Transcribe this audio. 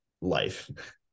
life